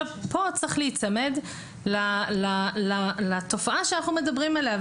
כאן צריך להיצמד לתופעה שאנחנו מדברים עליה.